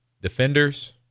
defenders